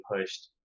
pushed